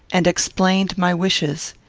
and explained my wishes.